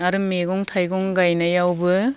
आरो मेगं थायगं गायनायावबो